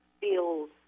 feels